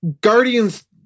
Guardians